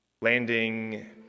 landing